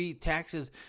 taxes